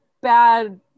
bad